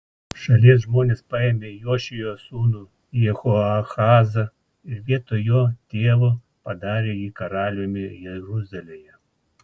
šalies žmonės paėmė jošijo sūnų jehoahazą ir vietoj jo tėvo padarė jį karaliumi jeruzalėje